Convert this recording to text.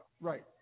right